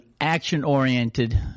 action-oriented